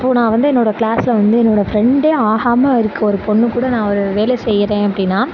இப்போ நான் வந்து என்னோட கிளாஸில் வந்து என்னோட ஃப்ரெண்டே ஆகாம இருக்க ஒரு பொண்ணு கூட நான் ஒரு வேலை செய்யிறேன் அப்படின்னா